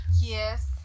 Yes